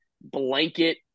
blanket